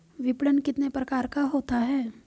विपणन कितने प्रकार का होता है?